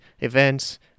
events